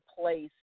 place